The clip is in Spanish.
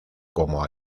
como